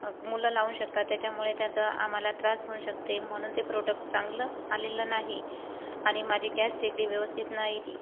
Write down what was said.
मुलं लावू शकतात त्याच्यामुळे त्याचा आम्हाला त्रास होऊ शकते म्हणून ते प्रोडक्ट चांगलं आलेलं नाही आणि माझी गॅस शेगडी व्यवस्थित नाही ती